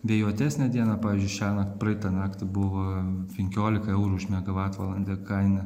vėjuotesnę dieną pavyzdžiui šiąnakt praeitą naktį buvo penkiolika eurų už megavatvalandę kaina